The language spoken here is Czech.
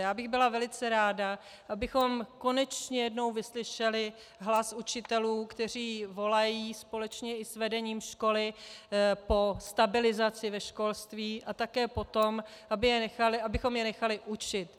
Já bych byla velice ráda, abychom konečně jednou vyslyšeli hlas učitelů, kteří volají společně i s vedením školy po stabilizaci ve školství a také po tom, abychom je nechali učit.